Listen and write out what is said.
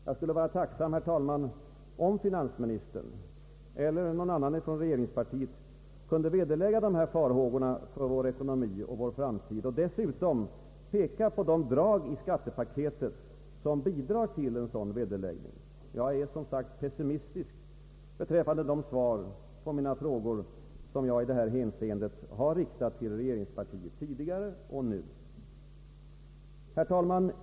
Jag skulle vara tacksam, herr talman, om finansministern eller någon annan talesman för regeringspartiet kunde vederlägga dessa farhågor för vår ekonomi och vår framtid, och dessutom peka på de drag i skattepaketet som bidrar till en sådan vederläggning. Jag är som sagt pessimistisk beträffande svaret på de frågor jag i dessa hänseenden har riktat till regeringspartiet tidigare och nu. Herr talman!